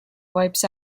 wipes